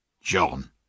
John